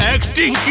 Acting